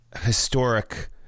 historic